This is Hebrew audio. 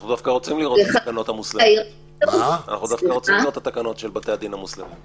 אנחנו דווקא רוצים לראות את התקנות של בתי הדין המוסלמים.